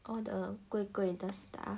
all the 贵贵的 stuff